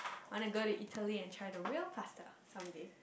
wanna go to Italy and try the real pasta someday